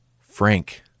Frank